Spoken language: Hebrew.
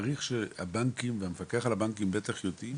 אני מעריך שהבנקים והמפקח על הבנקים באמת יודעים